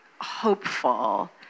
hopeful